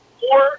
four